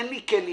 אין לי כלים,